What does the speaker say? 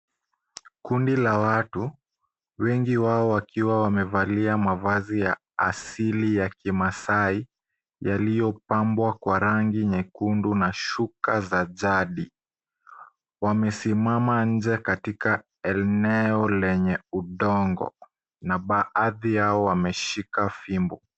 Kundi la watu, wengi wao wakiwa wamevalia mavazi ya asali ya kimasai, yaliyopambwa kwa rangi nyekundu na shuka za jadi. Wamesimama nje katika eneo lenye udongo na baadhi yao wameshika fimbo.